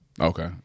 Okay